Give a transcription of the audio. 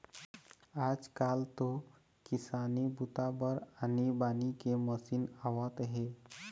आजकाल तो किसानी बूता बर आनी बानी के मसीन आवत हे